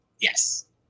Yes